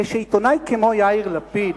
כשעיתונאי כמו יאיר לפיד,